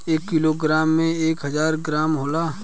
एक किलोग्राम में एक हजार ग्राम होला